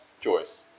choice